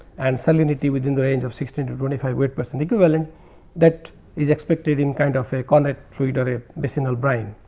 and salinity within the range of sixteen to twenty five percent equivalent that is expected in kind of a cornet to fluid a basinal brine.